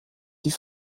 sie